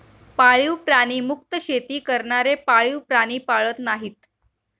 पाळीव प्राणी मुक्त शेती करणारे पाळीव प्राणी पाळत नाहीत